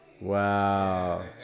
Wow